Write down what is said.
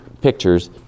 pictures